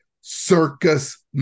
Circus